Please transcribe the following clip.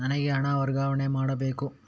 ನನಗೆ ಹಣ ವರ್ಗಾವಣೆ ಮಾಡಬೇಕು